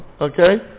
Okay